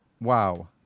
wow